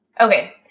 Okay